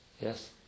Yes